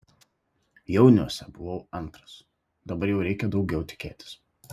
jauniuose buvau antras dabar jau reikia daugiau tikėtis